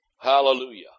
Hallelujah